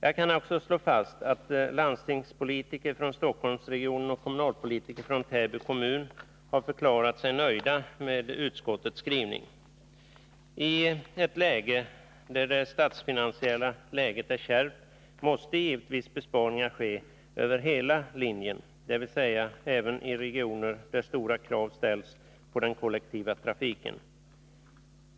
Jag kan också slå fast att landstingspolitiker från Stockholmsregionen och kommunalpolitiker från Täby kommun har förklarat sig nöjda med utskottets skrivning. När det statsfinansiella läget är kärvt måste givetvis besparingar ske över hela linjen, dvs. även i regioner där stora krav ställs på den kollektiva trafiken.